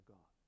God